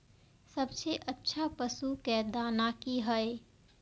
सबसे अच्छा पशु के दाना की हय?